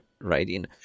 writing